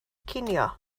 cinio